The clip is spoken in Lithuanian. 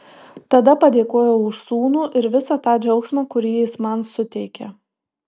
tada padėkojau už sūnų ir visą tą džiaugsmą kurį jis man suteikia